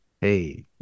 Hey